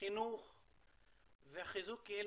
חינוך וחיזוק קהילתי,